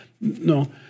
No